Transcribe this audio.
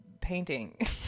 painting